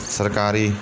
ਸਰਕਾਰੀ